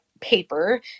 paper